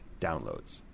downloads